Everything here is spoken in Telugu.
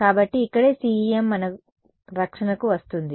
కాబట్టి ఇక్కడే CEM మన రక్షణకు వస్తుంది